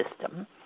system